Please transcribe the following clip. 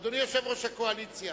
אדוני יושב-ראש הקואליציה,